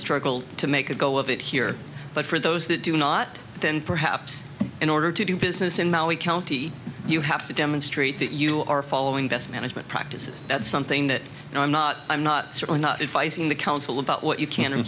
struggling to make a go of it here but for those that do not then perhaps in order to do business in maui county you have to demonstrate that you are following best management practices something that you know i'm not i'm not certain if i sing the council about what you can and